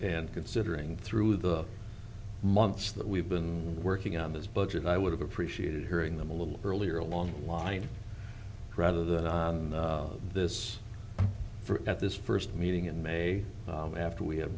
and considering through the months that we've been working on this budget i would have appreciated hearing them a little earlier along the line rather than this for at this first meeting in may after we ha